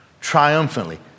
triumphantly